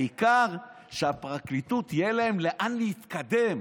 העיקר שהפרקליטות, יהיה להם לאן להתקדם.